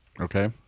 Okay